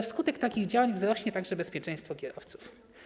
Wskutek takich działań wzrośnie także bezpieczeństwo kierowców.